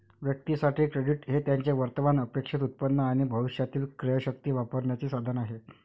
व्यक्तीं साठी, क्रेडिट हे त्यांचे वर्तमान अपेक्षित उत्पन्न आणि भविष्यातील क्रयशक्ती वापरण्याचे साधन आहे